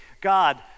God